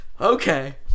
Okay